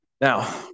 Now